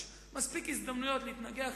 יש מספיק הזדמנויות להתנגח.